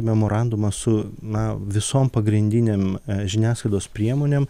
memorandumą su na visom pagrindinėm žiniasklaidos priemonėm